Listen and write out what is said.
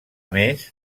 més